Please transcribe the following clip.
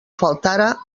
faltara